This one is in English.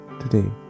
today